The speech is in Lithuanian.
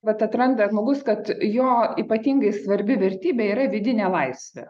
vat atranda žmogus kad jo ypatingai svarbi vertybė yra vidinė laisvė